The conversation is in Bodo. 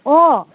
अ